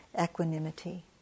equanimity